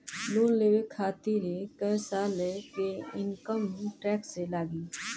Loan लेवे खातिर कै साल के इनकम टैक्स लागी?